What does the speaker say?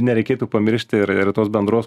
nereikėtų pamiršti ir ir tos bendros